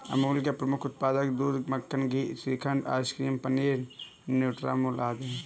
अमूल के प्रमुख उत्पाद हैं दूध, मक्खन, घी, श्रीखंड, आइसक्रीम, पनीर, न्यूट्रामुल आदि